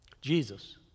Jesus